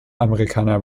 amerikaner